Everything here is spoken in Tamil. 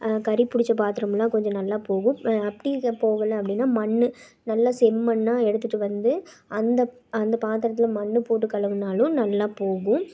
கரி பிடிச்ச பாத்திரமெல்லாம் கொஞ்சம் நல்லா போகும் அப்படி போகலை அப்படின்னா மண் நல்லா செம்மண்ணாக எடுத்துட்டு வந்து அந்த அந்த பாத்திரத்துல மண் போட்டு கழுவுனாலும் நல்லா போகும்